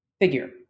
figure